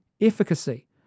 efficacy